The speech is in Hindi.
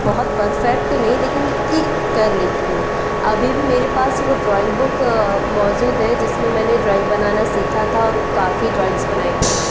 बहुत परफेक्ट नहीं लेकिन ठीक कर लेती हूँ अभी भी मेरे पास वो ड्रॉइंग बुक मौजूद है जिसमें मैंने ड्रॉइंग बनाना सीखा था और काफ़ी ड्रॉइंग्स बनाई थी